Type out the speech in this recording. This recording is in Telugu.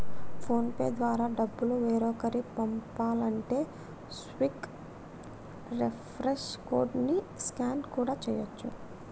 ఫోన్ పే ద్వారా డబ్బులు వేరొకరికి పంపాలంటే క్విక్ రెస్పాన్స్ కోడ్ ని స్కాన్ కూడా చేయచ్చు